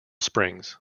springs